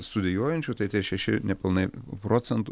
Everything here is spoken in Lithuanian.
studijuojančių tai tie šeši nepilnai procentų